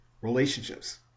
relationships